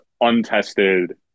untested